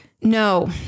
No